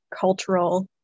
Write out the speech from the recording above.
cultural